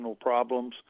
problems